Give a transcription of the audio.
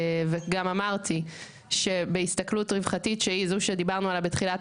אמרתי שבהסתכלות רווחתית שהיא זו שדיברנו עליה בתחילת